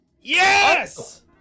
Yes